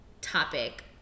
topic